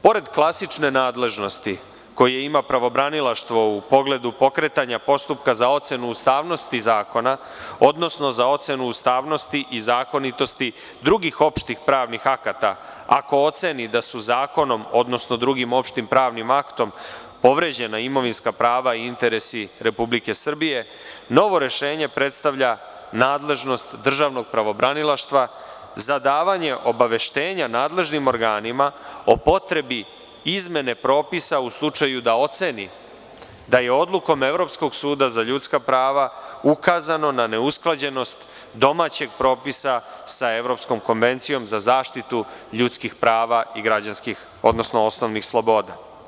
Pored klasične nadležnosti koje ima pravobranilaštvo u pogledu pokretanja postupka za ocenu ustavnosti zakona, odnosno za ocenu ustavnosti i zakonitosti drugih opštih pravnih akata, ako oceni da su zakonom, odnosno drugim opštim pravnim aktom povređena imovinska prava i interesi Republike Srbije, novo rešenje predstavlja nadležnost državnog pravobranilaštva za davanje obaveštenja nadležnim organima o potrebi izmene propisa u slučaju da oceni da je odlukom Evropskog suda za ljudska prava ukazano na neusklađenost domaćeg propisa sa Evropskom konvencijom za zaštitu ljudskih prava i osnovnih sloboda.